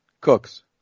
Cooks